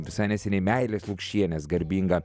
visai neseniai meilės lukšienės garbinga